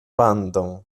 bandą